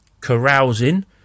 carousing